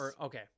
okay